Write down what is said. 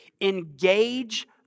engage